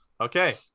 Okay